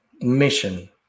mission